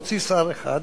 להוציא שר אחד,